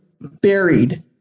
buried